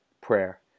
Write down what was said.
prayer